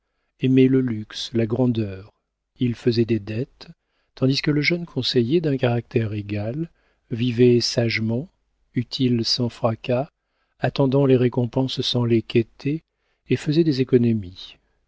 aimait le luxe la grandeur il faisait des dettes tandis que le jeune conseiller d'un caractère égal vivait sagement utile sans fracas attendant les récompenses sans les quêter et faisait des économies